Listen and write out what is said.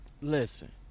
listen